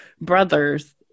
brothers